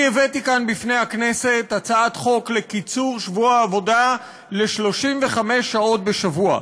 אני הבאתי כאן בפני הכנסת הצעת חוק לקיצור שבוע העבודה ל-35 שעות בשבוע.